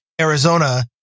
Arizona